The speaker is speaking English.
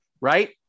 right